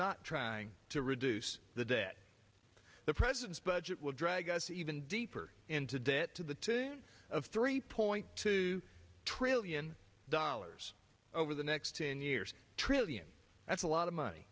not trying to reduce the debt the president's budget will drag us even deeper into debt to the tune of three point two trillion dollars over the next ten years trillion that's a lot of money